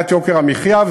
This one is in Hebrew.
בהורדת יוקר המחיה.